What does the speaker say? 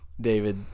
David